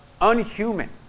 unhuman